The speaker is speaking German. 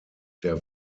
der